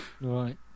Right